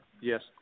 Yes